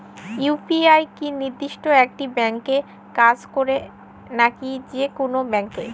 UPI কি নির্দিষ্ট একটি ব্যাংকে কাজ করে নাকি যে কোনো ব্যাংকে?